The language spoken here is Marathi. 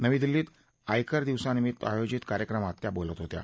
नवी दिल्लीत आयकर दिवसानिमित्त आयोजित कार्यक्रमात त्या बोलत होत्या